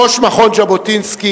ראש מכון ז'בוטינסקי,